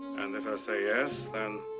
and if i say yes, then.